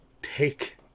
Take